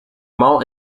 mall